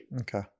Okay